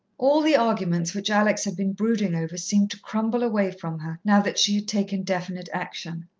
all the arguments which alex had been brooding over seemed to crumble away from her now that she had taken definite action.